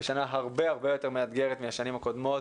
בשנה הרבה הרבה יותר מאתגרת מהשנים הקודמות,